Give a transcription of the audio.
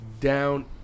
down